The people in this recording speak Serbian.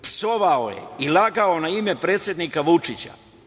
Psovao je i lagao na ime predsednika Vučića.